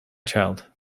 child